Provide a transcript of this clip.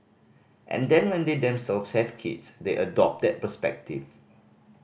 and then when they themselves have kids they adopt that perspective